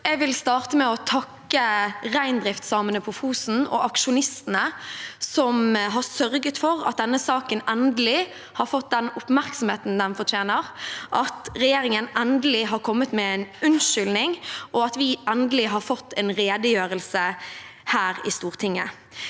Jeg vil starte med å takke reindriftssamene på Fosen og aksjonistene, som har sørget for at denne saken endelig har fått den oppmerksomheten den fortjener, at regjeringen endelig har kommet med en unnskyldning, og at vi endelig har fått en redegjørelse her i Stortinget.